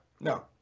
no